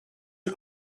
and